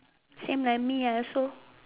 same like me also